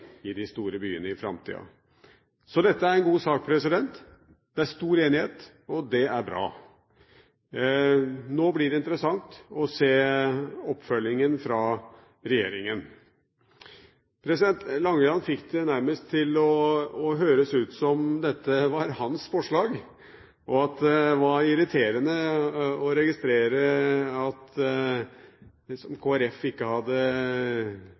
i de store byene i framtiden. Så dette er en god sak. Det er stor enighet, og det er bra. Nå blir det interessant å se oppfølgingen fra regjeringen. Langeland fikk det nærmest til å høres ut som om dette var hans forslag, og at det var irriterende å registrere at Kristelig Folkeparti ikke hadde